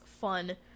fun